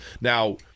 Now